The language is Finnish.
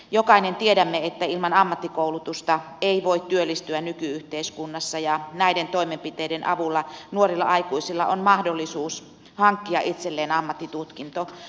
jokainen tiedämme että ilman ammattikoulutusta ei voi työllistyä nyky yhteiskunnassa ja näiden toimenpiteiden avulla nuorilla aikuisilla on mahdollisuus hankkia itselleen ammattitutkinto